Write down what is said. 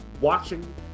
watching